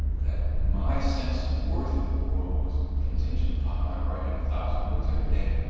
that my sense of worth in the world was contingent upon my writing a thousand words every day.